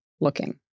looking